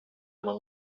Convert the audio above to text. molt